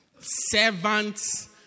Servants